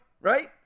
right